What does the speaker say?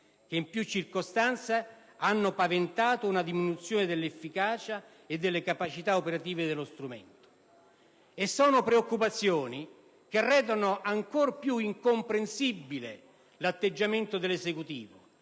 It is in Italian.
che in più circostanze hanno paventato una diminuzione dell'efficacia e delle capacità operative dello strumento. Si tratta di preoccupazioni che rendono ancora più incomprensibile l'atteggiamento dell'Esecutivo,